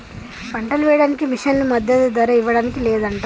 పంటలు పెంచడానికి మిషన్లు మద్దదు ధర ఇవ్వడానికి లేదంట